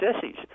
sissies